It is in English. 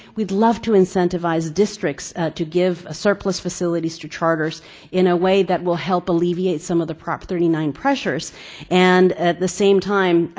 we'd love to incentivize districts to give surplus facilities to charters in a way that will help alleviate some of the prop. thirty nine pressures and at the same time